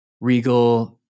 Regal